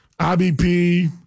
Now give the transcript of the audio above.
IBP